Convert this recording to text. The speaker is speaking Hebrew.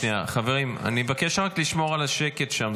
חברים, אני מבקש רק לשמור על השקט שם.